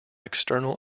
external